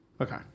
Okay